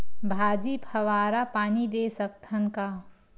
भाजी फवारा पानी दे सकथन का?